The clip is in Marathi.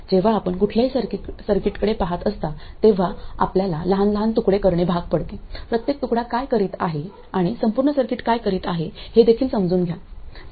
जेव्हा आपण कुठल्याही सर्किटकडे पहात असता तेव्हा आपल्याला लहान लहान तुकडे करणे भाग पडते प्रत्येक तुकडा काय करीत आहे आणि संपूर्ण सर्किट काय करीत आहे हे देखील समजून घ्या